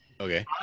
Okay